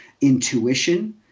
intuition